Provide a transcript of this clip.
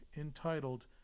entitled